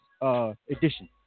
edition